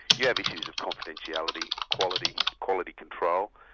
you have issues of confidentiality, quality, quality control,